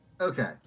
Okay